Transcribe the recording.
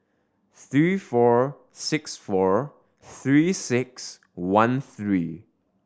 three four six four Three Six One three